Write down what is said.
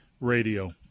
Radio